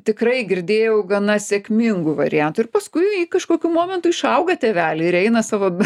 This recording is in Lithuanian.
tikrai girdėjau gana sėkmingų variantų ir paskui ji kažkokiu momentu išauga tėvelį ir eina savo